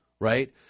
Right